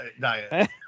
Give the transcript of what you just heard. diet